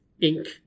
ink